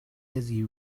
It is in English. busy